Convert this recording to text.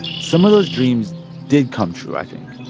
some of those dreams did come true, i think,